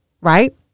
right